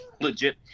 legit